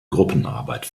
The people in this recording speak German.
gruppenarbeit